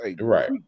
right